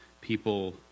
people